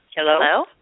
Hello